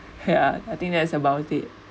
ya I think that's about it